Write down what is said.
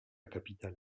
capitale